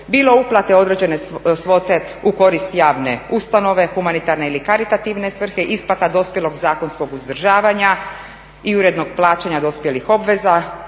bilo uplate određene svote u korist javne ustanove, humanitarne ili karitativne svrhe, isplata dospjelog zakonskog uzdržavanja i urednog plaćanja dospjelih obveza,